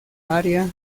área